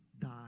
die